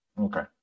Okay